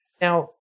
Now